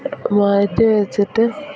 മാറ്റിവെച്ചിട്ട്